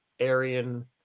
aryan